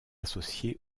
associé